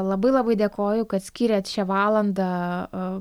labai labai dėkoju kad skyrėt šią valandą